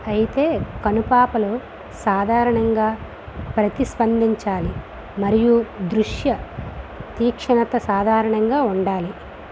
అయితే కనుపాపలు సాధారణంగా ప్రతిస్పందించాలి మరియు దృశ్య తీక్షణత సాధారణంగా ఉండాలి